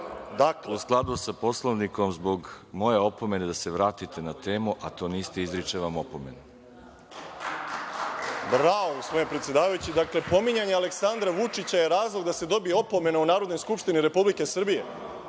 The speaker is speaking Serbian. u skladu sa Poslovnikom, zbog moje opomene da se vratite na temu, a to niste, izričem vam opomenu. **Boško Obradović** Bravo, gospodine predsedavajući. Dakle, pominjanje Aleksandra Vučića je razlog da se dobije opomena u Narodnoj skupštini Republike Srbije?